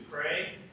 pray